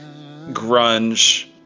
grunge